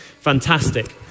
Fantastic